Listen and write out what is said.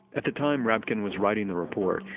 at the time rapkin was writing the report,